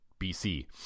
bc